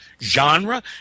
genre